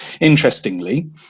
Interestingly